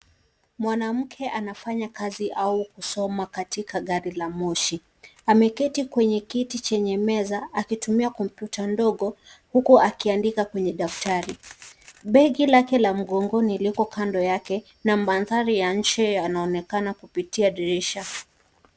Mwanamke anafanya kazi au kusoma katika gari la moshi. Ameketi kwenye kiti chenye meza akitumia kompyuta ndogo huku akiandika kwenye daftari. Begi lake la mgongoni liko kando yake na manthari ya nje yanaonekana kupitia dirisha.